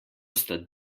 sta